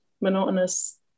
monotonous